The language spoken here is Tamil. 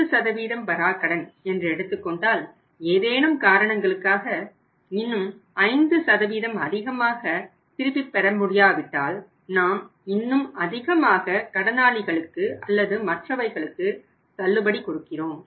10 வராக்கடன் என்று எடுத்துக்கொண்டால் ஏதேனும் காரணங்களுக்காக இன்னும் 5 அதிகமாக திருப்பி பெற முடியாவிட்டால் நாம் இன்னும் அதிகமாக கடனாளிகளுக்கு அல்லது மற்றவைகளுக்கு தள்ளுபடி கொடுக்கிறோம்